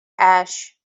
ash